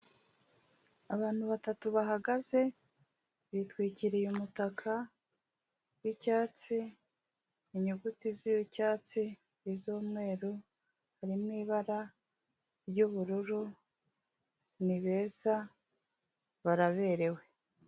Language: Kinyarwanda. Abantu batatu bahagaze bitwikiriye umutaka w'icyatsi, inyuguti z'icyatsi, iz'umweru harimo ibara ry'ubururu ni beza baraberewe.